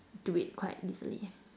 do it quite easily